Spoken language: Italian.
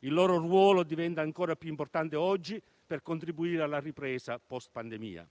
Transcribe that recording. Il loro ruolo diventa ancora più importante oggi, per contribuire alla ripresa *post* pandemia.